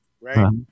right